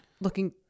looking